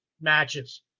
matches